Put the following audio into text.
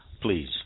please